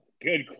good